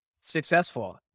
successful